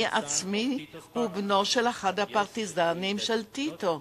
אני עצמי בנו של אחד הפרטיזנים של טיטו.